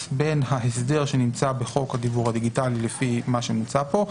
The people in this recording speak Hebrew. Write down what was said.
בין ההסדר שנמצא בחוק הדיוור הדיגיטלי לפי מה שנמצא פה,